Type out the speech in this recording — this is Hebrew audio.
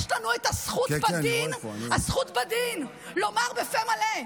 יש לנו את הזכות בדין לומר בפה מלא: